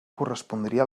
correspondria